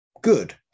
good